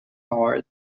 hard